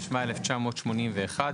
התשמ"א 1981,